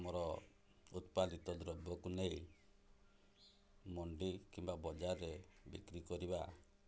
ଉତ୍ପାଦିତ ଦ୍ରବ୍ୟକୁ ନେଇ ମଣ୍ଡି କିମ୍ବା ବଜାରରେ ବିକ୍ରି କରିବା